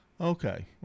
okay